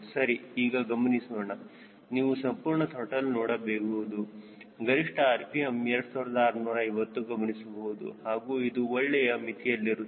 ಸರಿ ಈಗ ಗಮನಿಸೋಣ ನೀವು ಸಂಪೂರ್ಣ ತ್ರಾಟಲ್ ನೋಡಬಹುದು ಗರಿಷ್ಠ rpm 2650 ಗಮನಿಸಬಹುದು ಹಾಗೂ ಇದು ಒಳ್ಳೆಯ ಮಿತಿಯಲ್ಲಿರುತ್ತದೆ